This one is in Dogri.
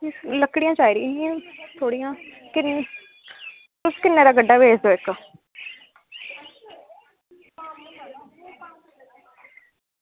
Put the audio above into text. लकड़ियां चाही दियां हियां थोह्ड़ियां घरै दियां तुस किन्नै दा गड्डा दिंदे इक्क